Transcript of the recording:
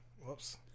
Whoops